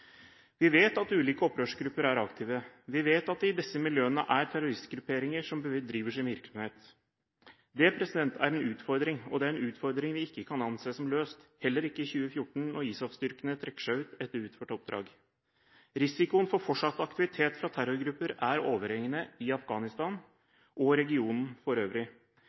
Vi vet at ulike opprørsgrupper er aktive. Vi vet at det i disse miljøene er terroristgrupperinger som bedriver sin virksomhet. Det er en utfordring, og det er en utfordring vi ikke kan anse som løst – heller ikke i 2014, når ISAF-styrkene trekker seg ut etter utført oppdrag. Risikoen for fortsatt aktivitet fra terrorgrupper er overhengende i Afghanistan og i regionen for øvrig.